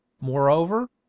moreover